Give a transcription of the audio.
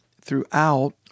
throughout